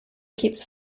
keeps